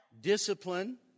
discipline